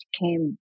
came